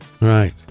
Right